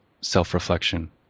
self-reflection